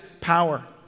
power